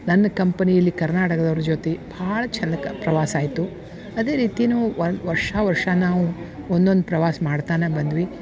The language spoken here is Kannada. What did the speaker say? ನನ್ನ ಕಂಪನಿಯಲ್ಲಿ ಕರ್ನಾಟಕದವ್ರ ಜೊತೆ ಭಾಳ ಚಂದಕ್ಕಾ ಪ್ರವಾಸ ಆಯಿತು ಅದೇ ರೀತಿನೂ ವರ್ಷಾ ವರ್ಷಾ ನಾವು ಒನ್ನೊಂದು ಪ್ರವಾಸ ಮಾಡ್ತಾನಾ ಬಂದ್ವಿ